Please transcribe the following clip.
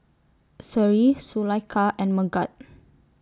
Seri Zulaikha and Megat